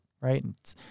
Right